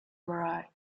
vary